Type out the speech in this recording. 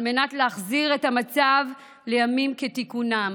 על מנת להחזיר את המצב לימים כתיקונם